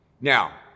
Now